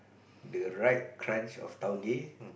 the right crunch of taogay